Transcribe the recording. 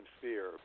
fear